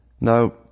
Now